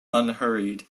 unhurried